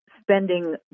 spending